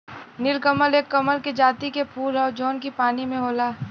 नीलकमल एक कमल के जाति के फूल हौ जौन की पानी में होला